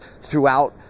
throughout